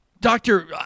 Doctor